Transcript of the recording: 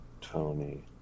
Tony